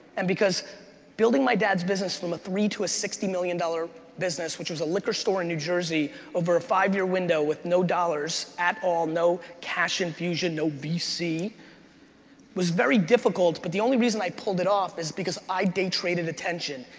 and because building my dad's business from a three to a sixty million dollars business, which was a liquor store in new jersey over a five year window with no dollars at all, no cash infusion, no vc was very difficult but the only reason i pulled it off is because i day traded attention.